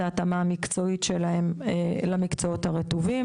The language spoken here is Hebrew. ההתאמה המקצועית שלהם למקצועות הרטובים.